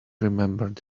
remembered